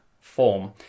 form